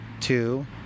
Two